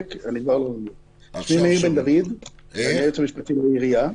אני היועץ המשפטי של העירייה.